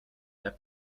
their